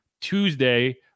Tuesday